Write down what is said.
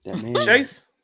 Chase